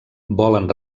volen